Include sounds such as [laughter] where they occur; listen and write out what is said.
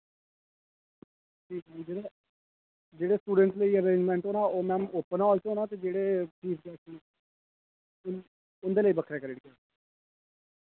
[unintelligible] जेह्ड़े स्टूडैंट्स लेई अरेंजमैंट्स होना ओह् मैम ओपन हाल च होना ते जेह्ड़े चीफ गैस्ट लेई उं'दे लेई बक्खरे करी ओड़गे